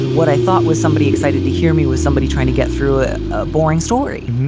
what i thought was somebody excited to hear me with somebody trying to get through a ah boring story.